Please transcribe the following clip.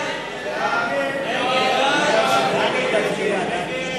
הצעת סיעת